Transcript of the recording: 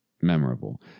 memorable